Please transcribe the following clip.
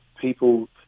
people